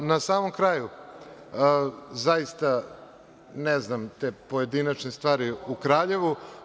Na samom kraju, zaista ne znam te pojedinačne stvari u Kraljevu.